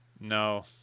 No